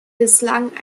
bislang